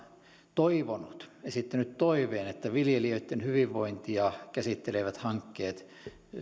esittänyt toiveen että viljelijöitten hyvinvointia käsittelevät hankkeet